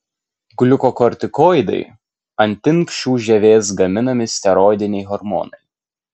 gliukokortikoidai antinksčių žievės gaminami steroidiniai hormonai